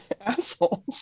assholes